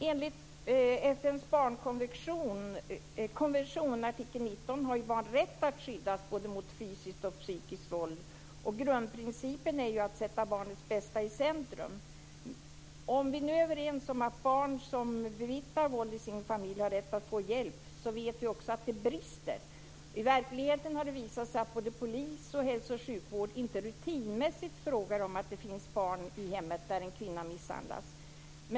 Herr talman! Enligt FN:s barnkonvention artikel 19 har barn rätt att skyddas mot både fysiskt och psykiskt våld, och grundprincipen är ju att sätta barnets bästa i centrum. Även om vi nu är överens om att barn som bevittnar våld i sin familj har rätt att få hjälp vet vi också att det brister. I verkligheten har det visat sig att både polis och hälso och sjukvård inte rutinmässigt frågar om det finns barn i hemmet där en kvinna misshandlas.